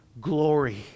glory